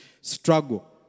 struggle